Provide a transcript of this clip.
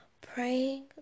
Praying